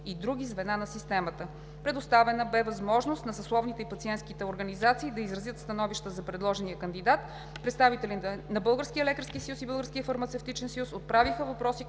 и други звена на системата. Предоставена бе възможност на съсловните и пациентските организации да изразят становища за предложения кандидат. Представителите на Българския лекарски съюз и Българския фармацевтичен съюз отправиха въпроси